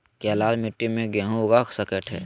क्या लाल मिट्टी में गेंहु उगा स्केट है?